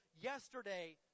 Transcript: yesterday